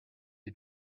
who